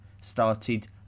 started